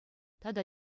тата